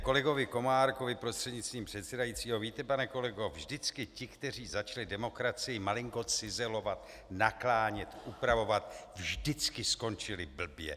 Kolegovi Komárkovi prostřednictvím předsedajícího: Víte, pane kolego, vždycky ti, kteří začali demokracii malinko cizelovat, naklánět, upravovat, vždycky skončili blbě.